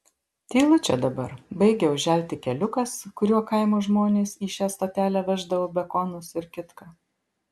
tylu čia dabar baigia užželti keliukas kuriuo kaimo žmonės į šią stotelę veždavo bekonus ir kitką